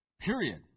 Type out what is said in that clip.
Period